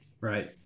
Right